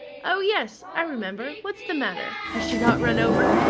oh, yes i remember. what's the matter? has she got run over?